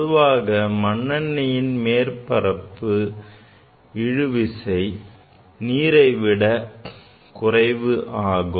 பொதுவாக மண்ணெண்ணையின் மேற்பரப்பு இழுவிசை நீரை விட குறைவு ஆகும்